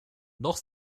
noch